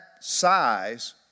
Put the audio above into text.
size